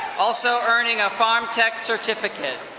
also earning a pharm tech certificate.